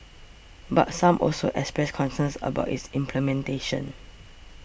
but some also expressed concerns about its implementation